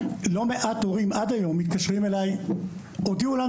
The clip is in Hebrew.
לא מעט הורים עד היום מתקשרים אליי הודיעו לנו